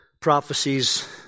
prophecies